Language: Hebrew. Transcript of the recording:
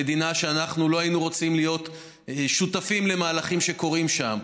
מדינה שאנחנו לא היינו רוצים להיות שותפים למהלכים שקורים בה,